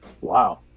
Wow